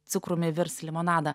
cukrumi virs limonadą